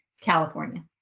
California